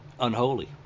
Unholy